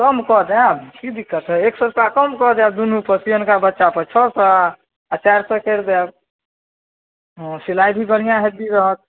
कम कऽ देब कि दिक्कत हइ एक सओ रुपैआ कम कऽ देब दुनूपर सिअनका बच्चापर छओ सओ आओर चारि सओ करि देब हँ सिलाइ भी बढ़िआँ हेवी रहत